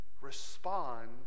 respond